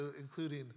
including